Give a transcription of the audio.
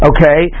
Okay